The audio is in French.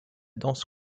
danse